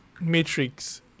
Matrix